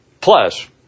Plus